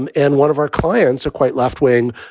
and and one of our clients are quite left wing